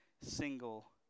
single